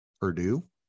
Purdue